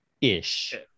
ish